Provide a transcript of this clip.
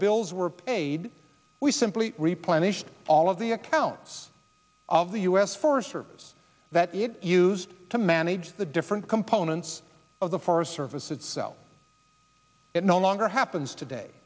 bills were paid we simply replenish all of the accounts of the u s forest service that it used to manage the different components of the forest service itself it no longer happens today